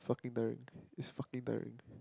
fucking tiring it's fucking tiring